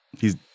hes